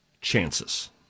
chances